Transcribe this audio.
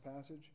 passage